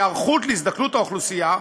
היערכות להזדקנות האוכלוסייה,